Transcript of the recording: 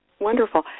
Wonderful